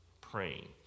praying